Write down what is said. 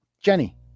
Jenny